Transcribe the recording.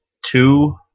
two